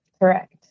Correct